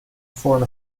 فرم